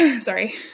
Sorry